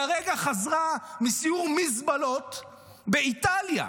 היא הרגע חזרה מסיור מזבלות באיטליה.